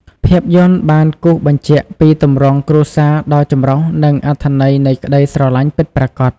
ភាពយន្តបានគូសបញ្ជាក់ពីទម្រង់គ្រួសារដ៏ចម្រុះ និងអត្ថន័យនៃក្ដីស្រឡាញ់ពិតប្រាកដ។